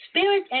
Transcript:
Spirit